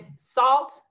salt